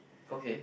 okay